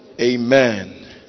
Amen